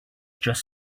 just